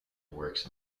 works